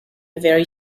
vary